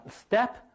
step